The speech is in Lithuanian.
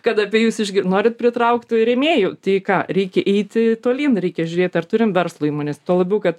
kad apie jus norit pritraukti rėmėjų tai ką reikia eiti tolyn reikia žiūrėt ar turim verslo įmones tuo labiau kad